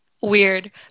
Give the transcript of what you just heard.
weird